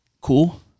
Cool